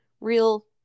real